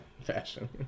fashion